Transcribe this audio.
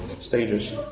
stages